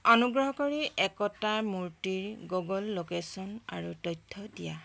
অনুগ্ৰহ কৰি একতাৰ মূৰ্তিৰ গুগল ল'কেশ্যন আৰু তথ্য দিয়া